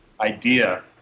idea